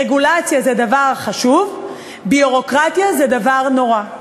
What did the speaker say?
רגולציה זה דבר חשוב, ביורוקרטיה זה דבר נורא.